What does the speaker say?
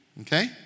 Okay